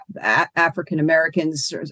African-Americans